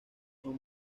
son